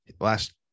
last